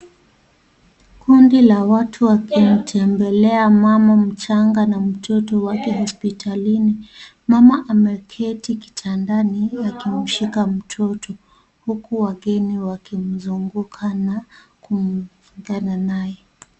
Kundi la watu wakimtembelea mama mchanga na mtoto wake hospitalini .Mama ameketi kitandani akimshika mtoto huku wageni wakimzunguka na kuungana naye.